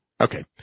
Okay